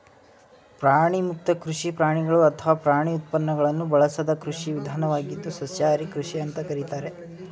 ಪ್ರಾಣಿಮುಕ್ತ ಕೃಷಿ ಪ್ರಾಣಿಗಳು ಅಥವಾ ಪ್ರಾಣಿ ಉತ್ಪನ್ನಗಳನ್ನು ಬಳಸದ ಕೃಷಿ ವಿಧಾನವಾಗಿದ್ದು ಸಸ್ಯಾಹಾರಿ ಕೃಷಿ ಅಂತ ಕರೀತಾರೆ